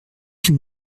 qu’il